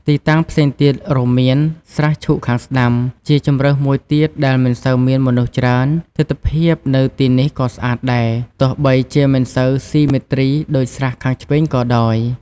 ទីតាំងផ្សេងទៀតរួមមាន ស្រះឈូកខាងស្តាំ: ជាជម្រើសមួយទៀតដែលមិនសូវមានមនុស្សច្រើន។ ទិដ្ឋភាពនៅទីនេះក៏ស្អាតដែរ ទោះបីជាមិនសូវស៊ីមេទ្រីដូចស្រះខាងឆ្វេងក៏ដោយ។